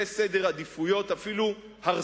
זה אפילו סדר עדיפויות הרסני.